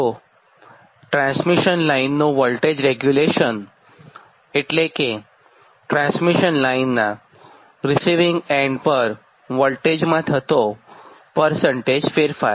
તો ટ્રાન્સમિશન લાઈનનું voltage regulation એટલે કે ટ્રાન્સમિશન લાઈનનાં રીસિવીંગ એન્ડ પર વોલ્ટેજમાં થતો પરસન્ટેજ ફેરફાર